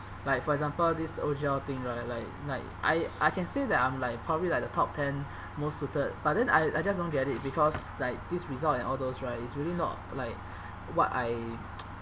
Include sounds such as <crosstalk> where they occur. like for example this O_G_L thing right like like I I can say that I'm like probably like the top ten most suited but then I I just don't get it because like this result and all those right is really not like what I <noise>